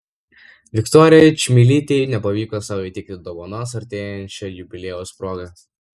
viktorijai čmilytei nepavyko sau įteikti dovanos artėjančio jubiliejaus proga